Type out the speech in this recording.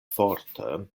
forte